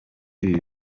ibi